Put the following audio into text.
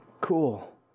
cool